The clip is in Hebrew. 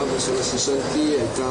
שוב